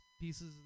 pieces